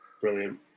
brilliant